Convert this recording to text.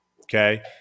Okay